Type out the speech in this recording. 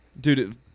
dude